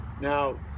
now